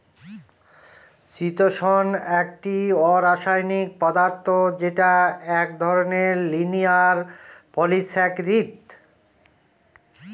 চিতোষণ একটি অরাষায়নিক পদার্থ যেটা এক ধরনের লিনিয়ার পলিসাকরীদ